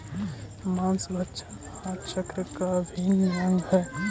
माँसभक्षण आहार चक्र का अभिन्न अंग हई